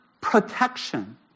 protection